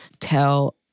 tell